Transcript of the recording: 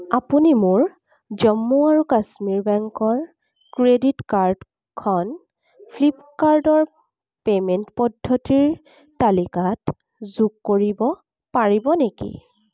আপুনি মোৰ জম্মু আৰু কাশ্মীৰ বেংকৰ ক্ৰেডিট কাৰ্ডখন ফ্লিপকাৰ্টৰ পে'মেণ্ট পদ্ধতিৰ তালিকাত যোগ কৰিব পাৰিব নেকি